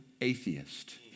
atheist